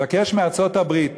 ומבקש מארצות-הברית,